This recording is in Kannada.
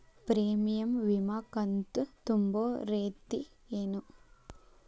ಪ್ರೇಮಿಯಂ ವಿಮಾ ಕಂತು ತುಂಬೋ ರೇತಿ ಏನು?